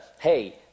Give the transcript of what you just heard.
hey